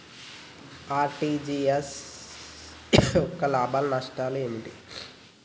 RTGS యొక్క లాభాలు నష్టాలు ఏమిటి?